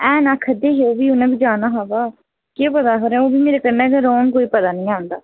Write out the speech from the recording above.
हैन आक्खरदे ओह्बी उ'नें बी जाना होग के पता फिर ओह्बी मेरे कन्नै गै रौह्न कोई पता नेईं है उं'दा